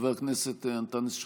חבר הכנסת אנטאנס שחאדה,